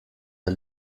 der